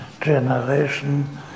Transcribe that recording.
generation